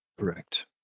Correct